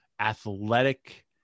athletic